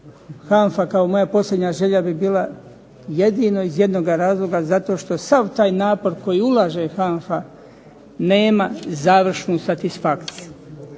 HANFA kao moja posljednja želja bi bila jedino iz jednoga razloga, zato što sav taj napor koji ulaže HANFA nema završnu satisfakciju,